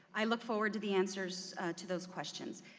i look forward to the answers to those questions.